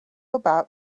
about